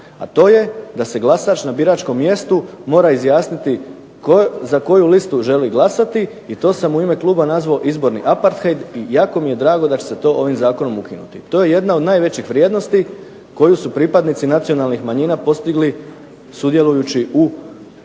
a to je da se glasač na biračkom mjestu mora izjasniti za koju listu želi glasati i to sam u ime kluba nazvao izborni apartheid i jako mi je drago da će se to ovim Zakonom ukinuti. To je jedna od najvećih vrijednosti koju su pripadnici nacionalnih manjina postigli sudjelujući u vladajućoj